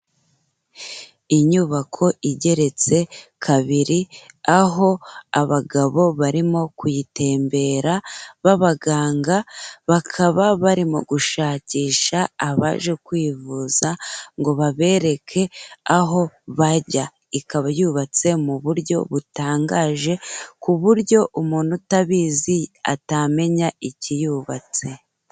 Inyubako igeretse kabiri, aho abagabo barimo kuyitembera b'abaganga, bakaba bari mu gushakisha abaje kwivuza ngo babereke aho bajya. Ikaba yubatse mu buryo butangaje ku buryo umuntu utabizi atamenya ikiyubatse.